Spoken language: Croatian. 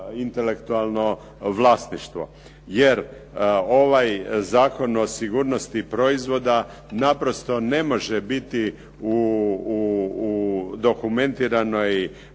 intelektualno vlasništvo. Jer ovaj Zakon o sigurnosti proizvoda naprosto ne može biti u dokumentiranoj